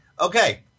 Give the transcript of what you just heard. Okay